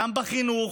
גם בחינוך,